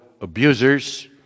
abusers